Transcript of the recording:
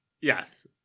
yes